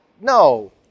no